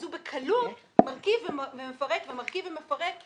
אז הוא בקלות מרכיב ומפרק ומרכיב ומפרק,